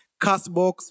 Castbox